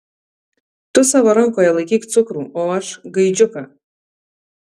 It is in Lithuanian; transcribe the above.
tu savo rankoje laikyk cukrų o aš gaidžiuką